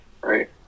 Right